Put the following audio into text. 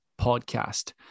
podcast